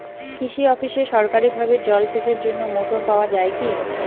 কৃষি অফিসে সরকারিভাবে জল সেচের জন্য মোটর পাওয়া যায় কি?